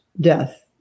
death